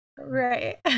Right